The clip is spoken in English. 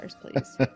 please